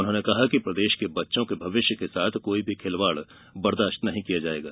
उन्होंने कहा कि प्रदेश के बच्चों के भविष्य के साथ कोई भी खिलवाड़ बर्दाश्त नहीं किया जाएगा